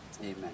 Amen